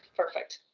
perfect.